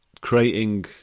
creating